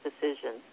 decisions